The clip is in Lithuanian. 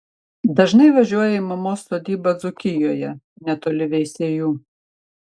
dažnai važiuoja į mamos sodybą dzūkijoje netoli veisiejų